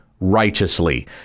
righteously